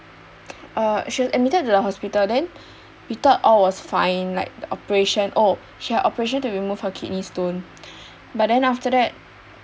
uh she was admitted to the hospital then we thought all was fine like the operation oh she had operation to remove her kidney stone but then after that